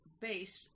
based